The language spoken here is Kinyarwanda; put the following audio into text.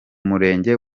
murenge